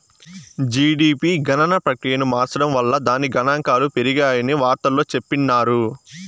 GDP గణన ప్రక్రియను మార్సడం వల్ల దాని గనాంకాలు పెరిగాయని వార్తల్లో చెప్పిన్నారు